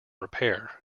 repair